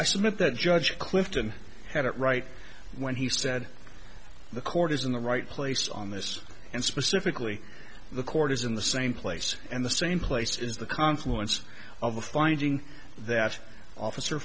i submit that judge clifton had it right when he said the court is in the right place on this and specifically the court is in the same place and the same place is the confluence of the finding that officer